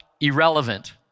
irrelevant